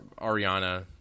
Ariana